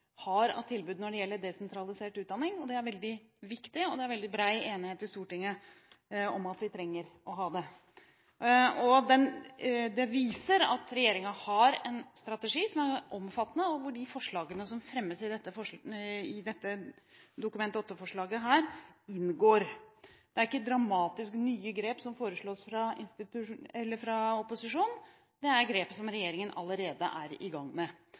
utdanning. Det vises ved at regjeringen har en strategi som er omfattende, og hvor de tiltakene som fremmes i dette Dokument 8-forslaget, inngår. Det er ikke dramatisk nye grep som foreslås fra opposisjonen, det er grep som regjeringen allerede er i gang med.